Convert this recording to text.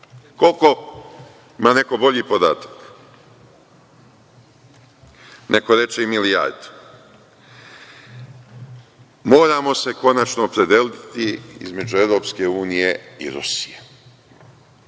li ima neko bolji podatak? Neko reče i milijardu. Moramo se konačno opredeliti između EU i Rusije.